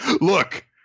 Look